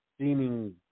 seeming